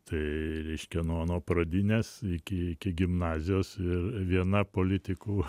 tai reiškia nuo nuo pradinės iki iki gimnazijos ir viena politikų